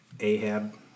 Ahab